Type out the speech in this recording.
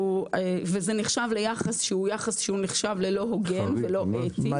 וזה נחשב ליחס שהוא יחס שהוא נחשב ללא הוגן ולא אתי.